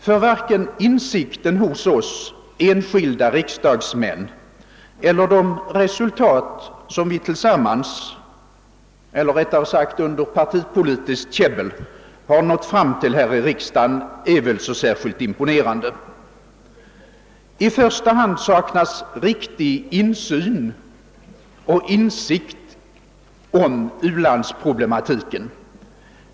Ty varken insikten hos oss enskilda riksdagsmän eller de resultat som vi tillsammans, eller rättare sagt, som vi under partipolitiskt käbbel har nått fram till här i riksdagen är väl särskilt imponerande. I första hand saknas riktig insyn i och insikt om u-landsproblematiken.